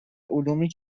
علومی